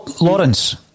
Lawrence